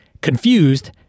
confused